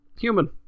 human